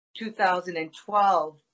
2012